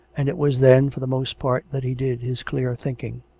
and it was then, for the most part, that he did his clear thinking.